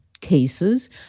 cases